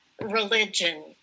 religion